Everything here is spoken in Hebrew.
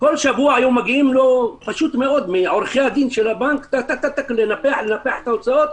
כל שבוע היו מגיעים אליו מעורכי הדין של הבנק ומנפחים את ההוצאות.